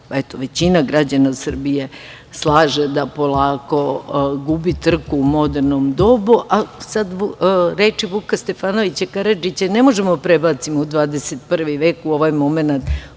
većina građana se slaže, da polako gubi trku u modernom dobu. Reči Vuka Stefanovića Karadžića ne možemo da prebacimo u 21. vek, u ovaj momenat